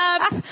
up